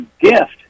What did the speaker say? gift